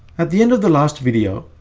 at the end of the last video,